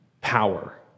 power